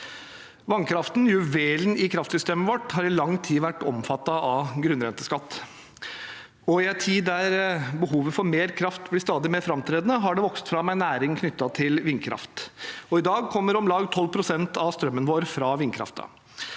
Vannkraften, juvelen i kraftsystemet vårt, har i lang tid vært omfattet av grunnrenteskatt, og i en tid der behovet for mer kraft blir stadig mer framtredende, har det vokst fram en næring knyttet til vindkraft. I dag kommer om lag 12 pst. av strømmen vår fra vindkraften.